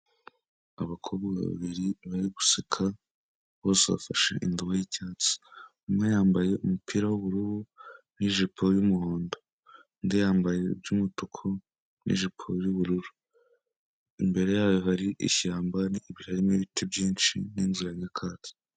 Abakobwa babiri barimo guseka bose bafashe indobo y'icyatsi umwe yambaye umupira w'ubururu n'ijipo y'umuhondo, undi yambaye iby'umutuku n'ijipo y'ubururu, imbere yabo hari ishyamba n'ibiti byinshi, n'inzu ya nyakatsi.